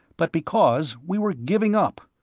but because we were giving up.